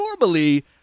normally